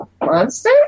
monster